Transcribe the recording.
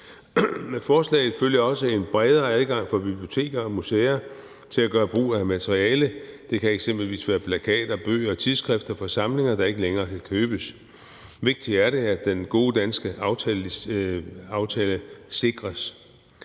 forslaget følger også en bredere adgang for biblioteker og museer til at gøre brug af materiale, det kan eksempelvis være plakater, bøger og tidsskrifter fra samlinger, der ikke længere kan købes. Vigtigt er det, at den gode danske aftale sikres.